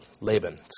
Laban